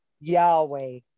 Yahweh